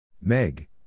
Meg